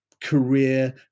career